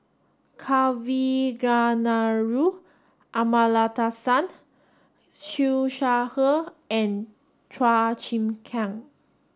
Kavignareru Amallathasan Siew Shaw Her and Chua Chim Kang